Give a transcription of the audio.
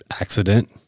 accident